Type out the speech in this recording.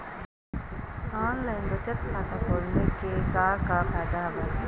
online बचत खाता खोले के का का फ़ायदा हवय